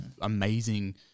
amazing